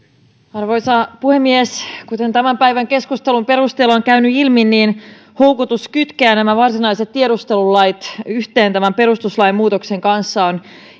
arvoisa puhemies kuten tämän päivän keskustelun perusteella on käynyt ilmi niin houkutus kytkeä nämä varsinaiset tiedustelulait yhteen tämän perustuslain muutoksen kanssa on